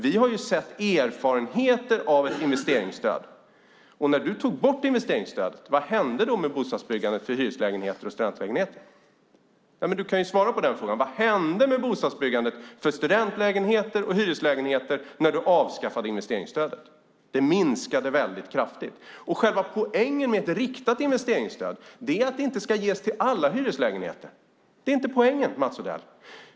Vi har ju erfarenheter av ett investeringsstöd. När du tog bort investeringsstödet, vad hände då med byggandet av hyreslägenheter och studentlägenheter? Du kan ju svara på den frågan. Vad hände med byggandet av studentlägenheter och hyreslägenheter när du avskaffade investeringsstödet? Det minskade väldigt kraftigt. Själva poängen med ett riktat investeringsstöd är att det inte ska ges till alla hyreslägenheter. Det är inte poängen, Mats Odell.